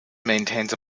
maintains